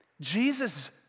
Jesus